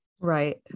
right